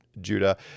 Judah